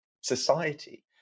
society